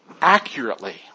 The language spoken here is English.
accurately